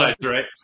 right